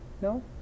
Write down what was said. No